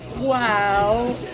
Wow